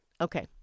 Okay